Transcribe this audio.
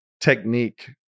technique